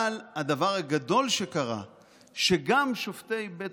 אבל הדבר הגדול שקרה הוא שגם שופטי בית